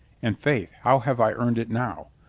and, faith, how have i earned it now?